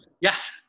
Yes